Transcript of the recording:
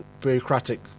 bureaucratic